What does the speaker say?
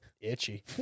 Itchy